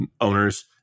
owners